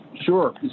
Sure